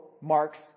marks